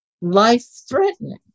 life-threatening